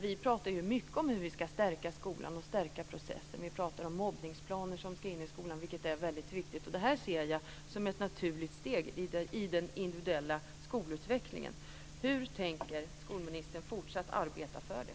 Vi pratar ju mycket om hur vi ska stärka skolan och processen. Vi pratar om mobbningsplaner som ska in i skolan, vilket är väldigt viktigt. Det här ser jag som ett naturligt steg i den individuella skolutvecklingen. Hur tänker skolministern fortsatt arbeta för det?